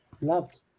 Loved